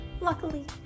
Luckily